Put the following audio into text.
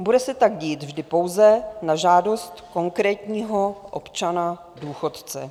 Bude se tak dít vždy pouze na žádost konkrétního občana důchodce.